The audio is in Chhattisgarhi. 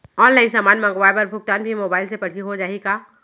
ऑनलाइन समान मंगवाय बर भुगतान भी मोबाइल से पड़ही हो जाही का?